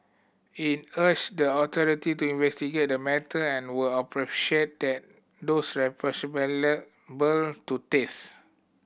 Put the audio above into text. it urged the authority to investigate the matter and where appropriate take those to taste